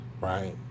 right